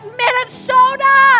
minnesota